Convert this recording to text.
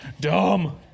Dumb